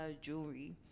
jewelry